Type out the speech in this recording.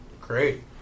Great